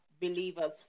believers